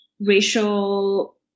racial